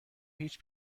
هیچ